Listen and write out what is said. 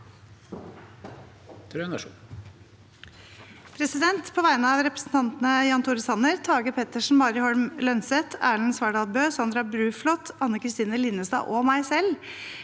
På vegne av representantene Jan Tore Sanner, Tage Pettersen, Mari Holm Lønseth, Erlend Svardal Bøe, Sandra Bruflot, Anne Kristine Linnestad og meg selv